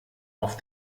auf